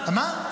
מה?